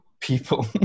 people